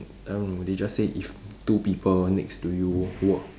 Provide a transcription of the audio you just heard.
I don't know they just say if two people next to you were